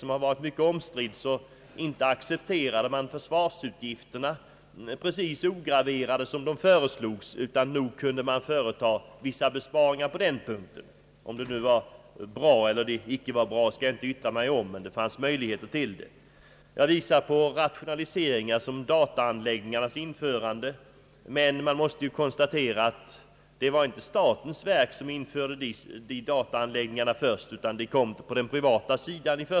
För att ta ett omstritt exempel, så accepterades inte de försvarsutgifter som föreslogs ograverat. Nog kunde vissa besparingar göras där. Om de var bra eller inte skall jag inte yttra mig om, men det fanns möjligheter därtill. Jag kan vidare visa på rationaliseringar, såsom dataanläggningarnas införande. Det var inte statens verk som först införde dessa, utan det var den privata sektorn.